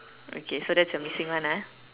okay so that's the missing one ah